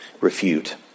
refute